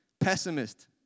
pessimist